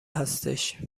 هستش